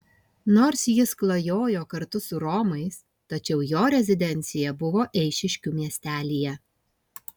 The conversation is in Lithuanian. nors jis klajojo kartu su romais tačiau jo rezidencija buvo eišiškių miestelyje